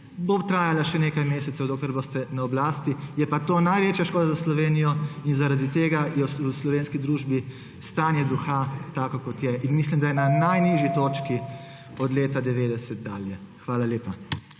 trajala še nekaj mesecev, dokler boste na oblasti. Je pa to največja škoda za Slovenijo. In zaradi tega je v slovenski družbi stanje duha tako, kot je. Mislim, da je na najnižji točki od leta 1990 dalje. Hvala lepa.